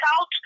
out